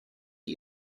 are